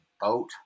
boat